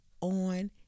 on